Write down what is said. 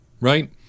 right